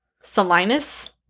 Salinas